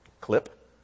Clip